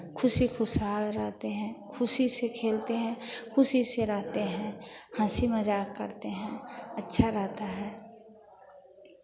खुशी खुशहाल रहते हैं खुशी से खेलते हैं खुशी से रहते हैं हंसी मज़ाक करते हैं अच्छा रहता है